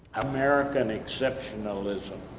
american exceptionalism,